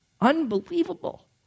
Unbelievable